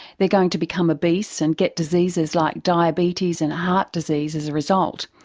they're going to become obese and get diseases like diabetes and heart disease as a result.